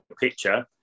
picture